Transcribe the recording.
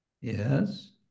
Yes